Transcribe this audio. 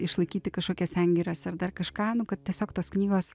išlaikyti kažkokias sengires ar dar kažką nu kad tiesiog tos knygos